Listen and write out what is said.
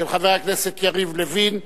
של חבר הכנסת יריב לוין,